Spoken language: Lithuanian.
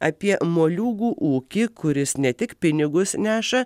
apie moliūgų ūkį kuris ne tik pinigus neša